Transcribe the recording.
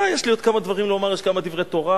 לא, יש לי עוד כמה דברים לומר, יש כמה דברי תורה.